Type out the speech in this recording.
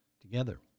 Together